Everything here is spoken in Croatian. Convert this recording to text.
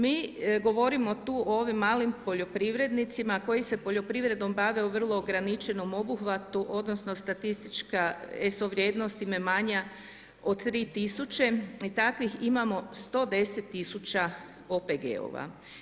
Mi govorimo tu o ovim malim poljoprivrednicima koji se poljoprivredom bave u vrlo ograničenom obuhvatu, odnosno statistička SO vrijednost im je manje od 3000 i takvih imamo 110 tisuća OPG-ova.